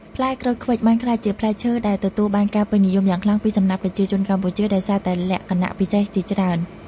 ផ្លែក្រូចឃ្វិចបានក្លាយជាផ្លែឈើដែលទទួលការពេញនិយមយ៉ាងខ្លាំងពីសំណាក់ប្រជាជនកម្ពុជាដោយសារតែលក្ខណៈពិសេសជាច្រើន។